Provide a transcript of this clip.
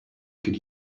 could